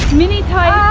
mini ty